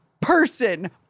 person